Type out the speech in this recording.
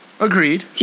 Agreed